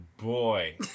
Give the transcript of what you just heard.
boy